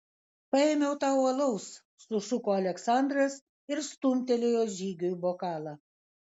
paėmiau tau alaus sušuko aleksandras ir stumtelėjo žygiui bokalą